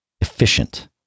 efficient